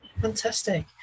Fantastic